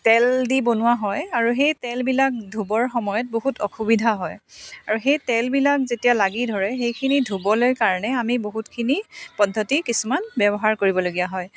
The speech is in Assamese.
তেল দি বনোৱা হয় আৰু সেই তেলবিলাক ধুবৰ সময়ত বহুত অসুবিধা হয় আৰু সেই তেলবিলাক যেতিয়া লাগি ধৰে সেইখিনি ধুবলৈ কাৰণে আমি বহুতখিনি পদ্ধতি কিছুমান ব্যৱহাৰ কৰিবলগীয়া হয়